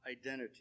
identity